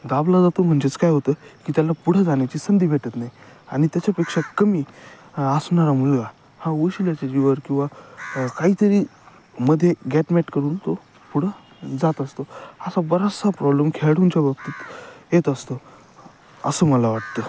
दाबला जातो म्हणजेच काय होतं की त्याला पुढं जाण्याची संधी भेटत नाही आणि त्याच्यापेक्षा कमी असणारा मुलगा हा वशिल्याच्या जीवावर किंवा काहीतरी मध्ये गॅटमॅट करून तो पुढं जात असतो असा बराचसा प्रॉब्लेम खेळाडूंच्या बाबतीत येत असतो असं मला वाटतं